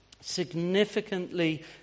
significantly